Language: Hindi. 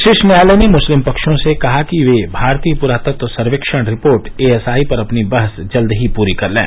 शीर्ष न्यायालय ने मुस्लिम पक्षों से कहा कि वे भारतीय पुरातत्व सर्वेक्षण रिपोर्ट एएसआई पर अपनी बहस जल्द ही पूरी कर लें